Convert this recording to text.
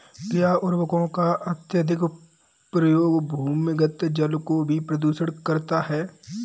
क्या उर्वरकों का अत्यधिक प्रयोग भूमिगत जल को भी प्रदूषित करता है?